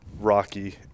Rocky